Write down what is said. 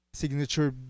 signature